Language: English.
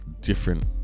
different